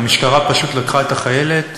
המשטרה פשוט לקחה את החיילת,